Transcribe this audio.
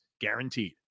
guaranteed